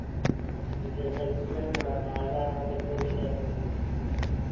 ఇంకేం తగ్గుతదండి మాకు బాగా తక్కువకి ఇచ్చేస్తుంటే